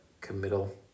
committal